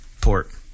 Port